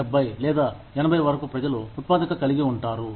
70 లేదా 80 వరకు ప్రజలు ఉత్పాదకత కలిగి ఉంటారు